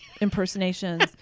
impersonations